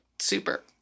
super